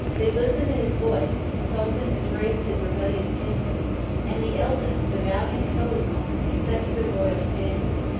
they listened to his voice the sultan embraced his rebellious kinsmen and the eldest, the valiant soliman, accepted the royal standard,